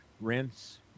rinse